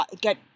get